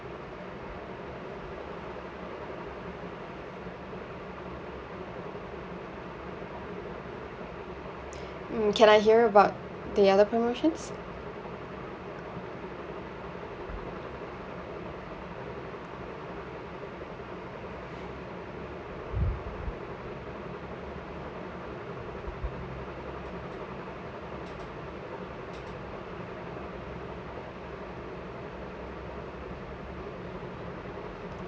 mm can I hear about the other promotions